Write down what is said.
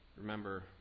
remember